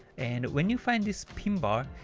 and when you find this pin bar,